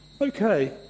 Okay